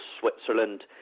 Switzerland